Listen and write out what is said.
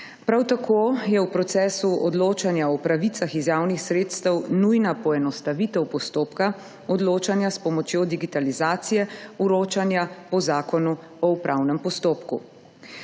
Prav tako je v procesu odločanja o pravicah iz javnih sredstev nujna poenostavitev postopka odločanja s pomočjo digitalizacije vročanja po Zakonu o upravnem postopku.